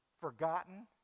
forgotten